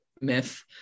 myth